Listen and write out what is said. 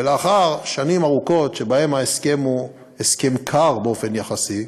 ולאחר שנים ארוכות שבהן ההסכם הוא הסכם קר באופן יחסי,